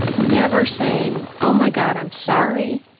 never saying, oh, my god, i'm sorry,